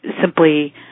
simply